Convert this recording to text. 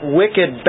wicked